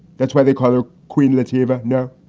that's why they call her queen latifah. no.